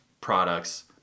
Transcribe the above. products